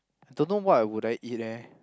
don't know what would I eat eh